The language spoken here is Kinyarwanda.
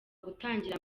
gutangira